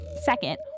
Second